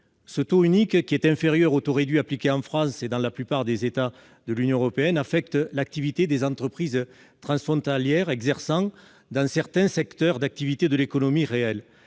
Ce taux unique, qui est inférieur au taux réduit appliqué en France et dans la plupart des États membres de l'Union européenne, affecte l'activité des entreprises frontalières exerçant dans certains secteurs d'activité de l'économie réelle.